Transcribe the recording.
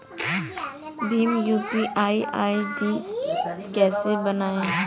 Bhim UPI ID कैसे बनाएं?